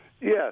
Yes